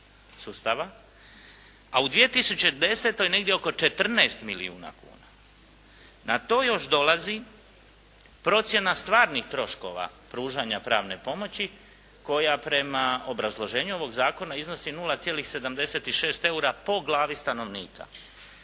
a u 2010. negdje oko 14 milijuna kuna. Na to još dolazi procjena stvarnih troškova pružanja pravne pomoći koja prema obrazloženju ovog zakona iznosi 0,76 eura po glavi stanovnika.